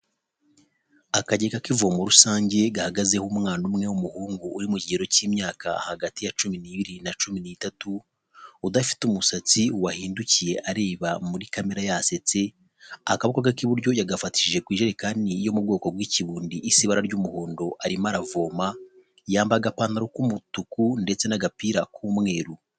Akagega k'ivomo rusange gahagazeho umwana umwe w'umuhungu uri mu kigero k'imyaka hagati ya cumi n'ibiri na cumi n'itatu, udafite umusatsi wahindukiye areba muri kamera yasetse, akaboko ke k'iburyo yagafatishije ku ijerekani yo mu bwoko bw'ikibundi isa ibara ry'umuhondo arimo aravoma, yambaye agapantaro k'umutuku ndetse n'agapira k'umweru.